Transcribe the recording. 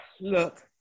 Look